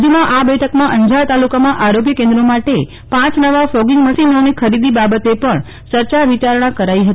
વધુ માં આ બેઠકમાં અંજાર તાલુકામાં આરોગ્ય કેન્દ્રો માટે પાંચ નવા ફોગિંગ મશીનોની ખરીદી બાબતે પણ ચર્ચા વિચારણા કરાઇ હતી